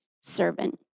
servant